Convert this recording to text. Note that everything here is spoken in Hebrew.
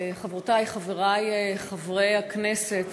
חברותי וחברי חברי הכנסת,